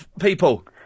people